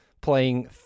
playing